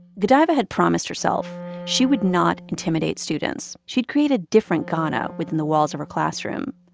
godaiva had promised herself she would not intimidate students. she'd create a different ghana within the walls of her classroom.